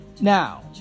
Now